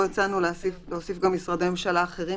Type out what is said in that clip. פה הצענו להוסיף גם משרדי ממשלה אחרים